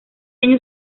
año